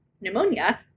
pneumonia